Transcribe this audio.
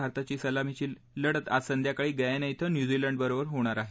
भारताची सलामीची लढत आज संध्याकाळी गयाना इथं न्यूझीलंडबरोबर होणार आहे